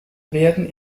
werden